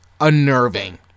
unnerving